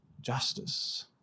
justice